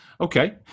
Okay